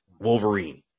Wolverine